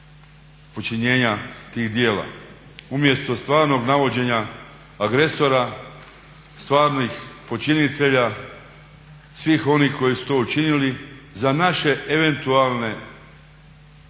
počinjenja tih djela. Umjesto stvarnog navođenja agresora, stvarnih počinitelja, svih onih koji su to učinili za naše eventualne počinitelje